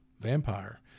vampire